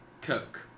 Coke